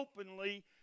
openly